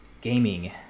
Gaming